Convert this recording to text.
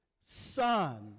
son